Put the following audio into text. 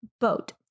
Boat